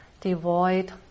devoid